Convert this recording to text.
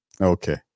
Okay